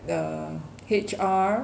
the H_R